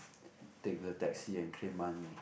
take the Taxi and claim money